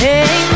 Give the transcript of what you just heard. Hey